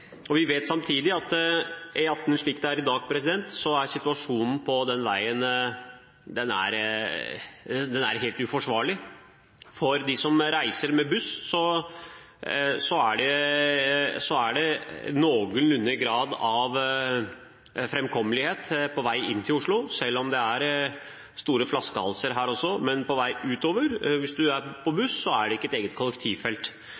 Vi vet samtidig at situasjonen på den strekningen av E18, slik den er i dag, er helt uforsvarlig. For dem som reiser med buss, er det noenlunde grad av framkommelighet på vei inn til Oslo, selv om det er store flaskehalser her også. Men er man på vei utover med buss, er